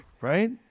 right